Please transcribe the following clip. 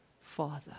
Father